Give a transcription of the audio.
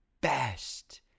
best